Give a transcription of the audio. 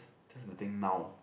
that's the thing now